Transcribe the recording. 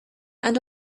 and